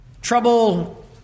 trouble